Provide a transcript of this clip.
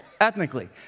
ethnically